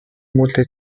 molte